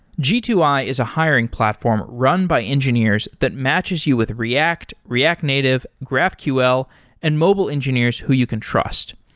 g two i is a hiring platform run by engineers that matches you with react, react native, graphql and mobile engineers who you can trust.